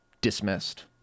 dismissed